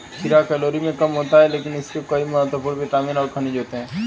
खीरा कैलोरी में कम होता है लेकिन इसमें कई महत्वपूर्ण विटामिन और खनिज होते हैं